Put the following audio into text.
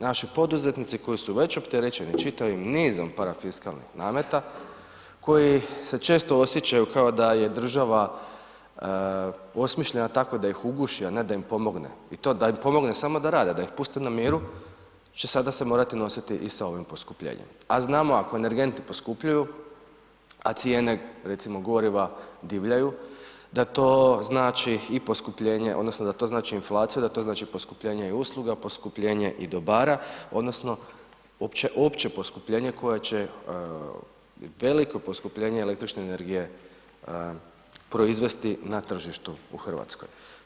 Naši poduzetnici koji su već opterećeni čitavim nizom parafiskalnih nameta, koji će se često osjećaju kao da je država osmišljena tako da ih uguši a ne da im pomogne i to da im pomogne samo da rade, da ih puste na miru će sada se morati nositi i sa ovim poskupljenjem a znamo ako energenti poskupljuju, a cijene recimo goriva divljaju, da to znači i poskupljenje odnosno da to znači inflaciju, da to znači i poskupljenje usluga, poskupljenje i dobara odnosno opće poskupljenje koje će, veliko poskupljenje električne energije proizvesti na tržištu u Hrvatskoj.